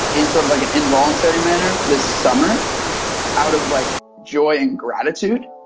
in sort of like an involuntary manner this summer out of like joy and gratitude.